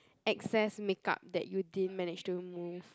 excess makeup that you din manage to remove